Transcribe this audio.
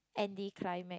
anti climax